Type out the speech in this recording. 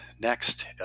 next